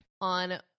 on